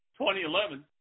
2011